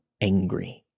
angry